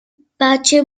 بچه